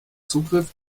zugriff